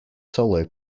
solo